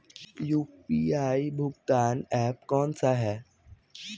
UPI भुगतान app कौन सा है?